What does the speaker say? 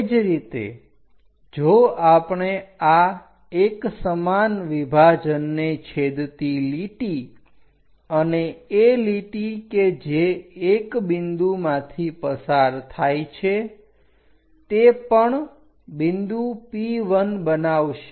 તે જ રીતે જો આપણે આ 1 સમાન વિભાજનને છેદતી લીટી અને એ લીટી કે જે 1 બિંદુમાંથી પસાર થાય છે તે પણ બિંદુ P1 બનાવશે